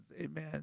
amen